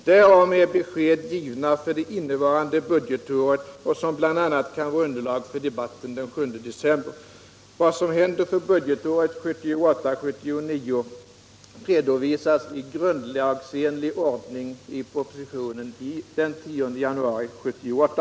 Där ges besked för det innevarande budgetåret, och detta kan ge underlag för debatten den 7 december. Vad som skall hända under budgetåret 1978/79 redovisas i grundlagsenlig ordning i budgetpropositionen den 10 januari 1978.